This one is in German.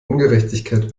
ungerechtigkeit